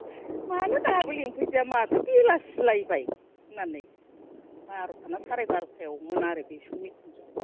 मानो दाबो लेंफैदिया माथो बेलासि लायबाय होननानै बार'थाना साराइ बार'थायावमोन आरो बे मिटिनसआ